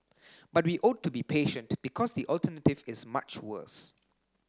but we ought to be patient because the alternative is much worse